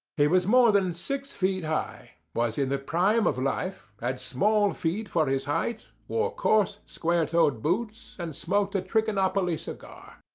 he was more than six feet high, was in the prime of life, had small feet for his height, wore coarse, square-toed boots and smoked a trichinopoly cigar.